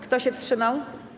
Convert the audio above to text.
Kto się wstrzymał?